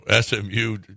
SMU